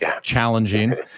challenging